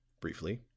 briefly